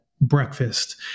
breakfast